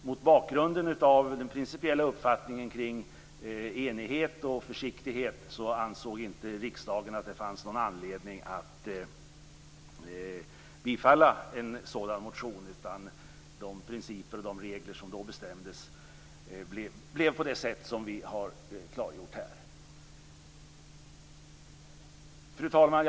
Mot bakgrund av den principiella uppfattningen kring enighet och försiktighet ansåg inte riksdagen att det fanns någon anledning att bifalla en sådan motion, utan de principer och regler som då bestämdes utformades så som vi har klargjort här. Fru talman!